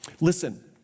Listen